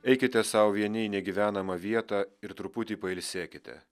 eikite sau vieni į negyvenamą vietą ir truputį pailsėkite